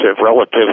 relative